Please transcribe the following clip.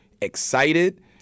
excited